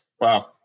Wow